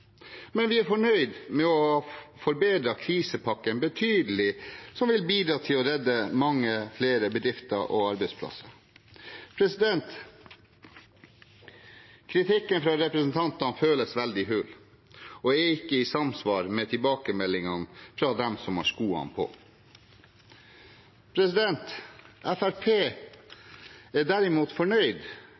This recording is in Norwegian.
Men vi er fornøyd med å ha forbedret krisepakken betydelig, noe som vil bidra til å redde mange flere bedrifter og arbeidsplasser. Kritikken fra representantene føles veldig hul og er ikke i samsvar med tilbakemeldingene fra dem som har skoene på. Fremskrittspartiet er derimot fornøyd